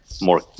more